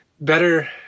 better